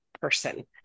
person